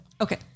okay